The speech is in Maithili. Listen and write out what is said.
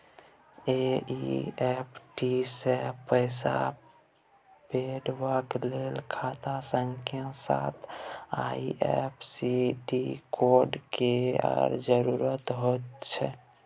एन.ई.एफ.टी सँ पैसा पठेबाक लेल खाता संख्याक साथ आई.एफ.एस.सी कोड केर जरुरत होइत छै